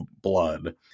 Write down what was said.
Blood